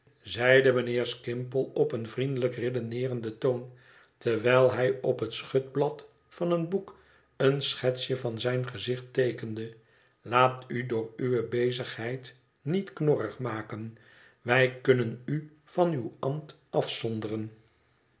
zeide mijnheer skimpole op een vriendelijk redeneerenden toon terwijl hij op het schutblad van een boek een schetsje van zijn gezicht teekende laat u door uwe bezigheid niet knorrig maken wij kunnen u van uw ambt afzonderen